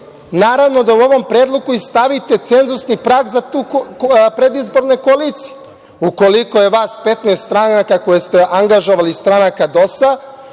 trebali da u ovom predlogu stavite i cenzusni prag za predizborne koalicije. Ukoliko je vas 15 stranaka koje ste angažovali, stranaka DOS-a,